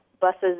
buses